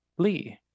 Lee